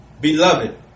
Beloved